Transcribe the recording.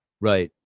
Right